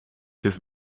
his